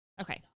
Okay